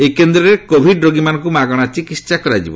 ଏହି କେନ୍ଦ୍ରରେ କୋଭିଡ ରୋଗୀମାନଙ୍କୁ ମାଗଣା ଚିକିତ୍ସା କରାଯିବ